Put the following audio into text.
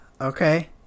Okay